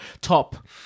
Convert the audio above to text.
top